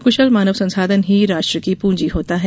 कुशल मानव संसाधन ही राष्ट्र की पूँजी होता है